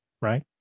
right